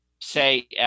say